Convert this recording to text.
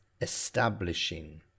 establishing